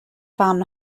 fan